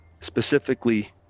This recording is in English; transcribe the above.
specifically